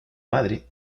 madre